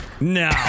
no